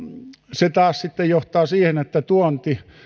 se taas sitten johtaa siihen että tuonti